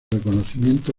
reconocimiento